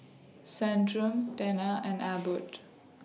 Centrum Tena and Abbott